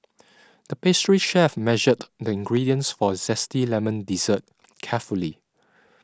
the pastry chef measured the ingredients for Zesty Lemon Dessert carefully